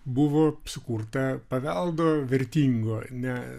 buvo sukurta paveldo vertingo ne